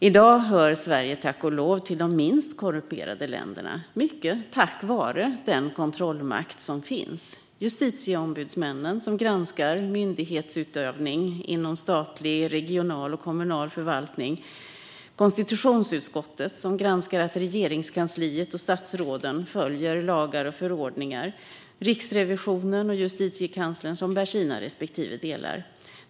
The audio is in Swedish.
I dag hör Sverige tack och lov till de minst korrumperade länderna, mycket tack vare den kontrollmakt som finns: Justitieombudsmannen som granskar myndighetsutövning inom statlig, regional och kommunal förvaltning, konstitutionsutskottet som granskar att Regeringskansliet och statsråden följer lagar och förordningar och Riksrevisionen och Justitiekanslern som bär sina respektive delar.